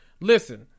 Listen